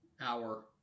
Hour